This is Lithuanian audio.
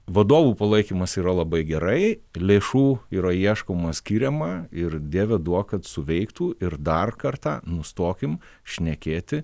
vadovų palaikymas yra labai gerai lėšų yra ieškoma skiriama ir dieve duok kad suveiktų ir dar kartą nustokim šnekėti